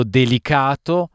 delicato